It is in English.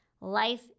life